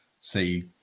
see